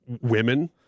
women